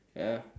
ya